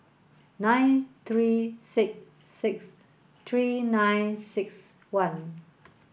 nine three six six three nine six one